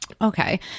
Okay